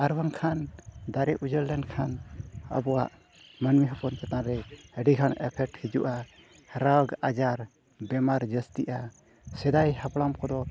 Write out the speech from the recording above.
ᱟᱨ ᱵᱟᱝᱠᱷᱟᱱ ᱫᱟᱨᱮ ᱩᱡᱟᱹᱲ ᱞᱮᱱᱠᱷᱟᱱ ᱟᱵᱚᱣᱟᱜ ᱢᱟᱹᱱᱢᱤ ᱦᱚᱯᱚᱱ ᱪᱮᱛᱟᱱ ᱨᱮ ᱟᱹᱰᱤᱜᱟᱱ ᱤᱯᱷᱮᱠᱴ ᱦᱤᱡᱩᱜᱼᱟ ᱨᱳᱜᱽ ᱟᱡᱟᱨ ᱵᱤᱢᱟᱨ ᱡᱟᱹᱥᱛᱤᱜᱼᱟ ᱥᱮᱫᱟᱭ ᱦᱟᱯᱲᱟᱢ ᱠᱚᱫᱚ